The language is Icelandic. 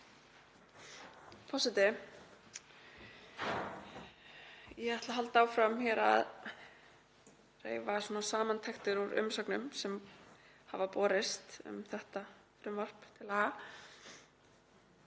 Forseti. Ég ætla að halda áfram að reifa samantektir úr umsögnum sem hafa borist um þetta frumvarp til